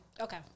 okay